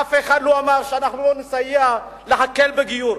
אף אחד לא אמר שלא נסייע להקל בגיור,